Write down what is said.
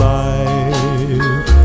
life